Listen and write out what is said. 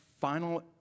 final